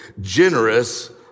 generous